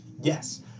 Yes